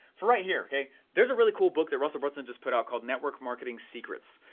for right here, okay, there's a really cool book that russell brunson just put out called network marketing secrets,